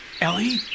Ellie